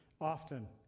often